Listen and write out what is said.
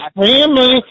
family